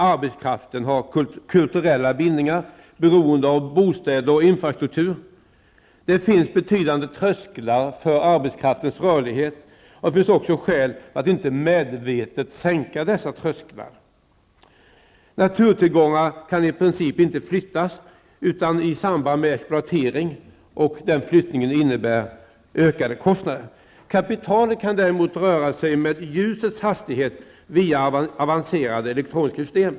Arbetskraft har kulturella bindningar, beroende av bostäder och infrastruktur. Det finns betydande trösklar för arbetskraftens rörlighet, och det finns många skäl för att inte medvetet sänka dessa. Naturtillgångarna kan i princip inte flyttas utan i samband med exploateringen och den flyttningen innebär ökade kostnader. Kapital kan däremot röra sig med ljusets hastighet via avancerade elektroniska system.